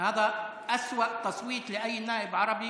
(אומר בערבית: